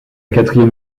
quatrième